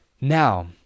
now